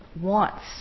wants